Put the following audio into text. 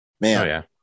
Man